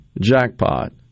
jackpot